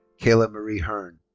kayla marie hurn.